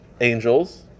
angels